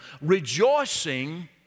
rejoicing